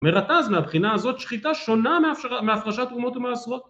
אומר הט"ז מהבחינה הזאת שחיטה שונה מהפרשת תרומות ומעשרות